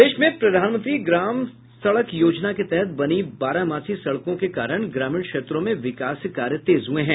प्रदेश में प्रधानमंत्री ग्राम सड़क योजना के तहत बनी बारहमासी सड़कों के कारण ग्रामीण क्षेत्रों में विकास कार्य तेज हुए हैं